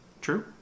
true